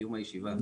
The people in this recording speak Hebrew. לקיום הישיבה.